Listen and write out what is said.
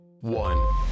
one